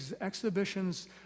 exhibitions